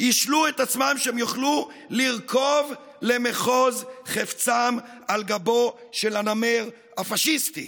השלו את עצמם שהם יוכלו לרכוב למחוז חפצם על גבו של הנמר הפשיסטי.